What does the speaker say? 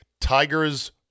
Tiger's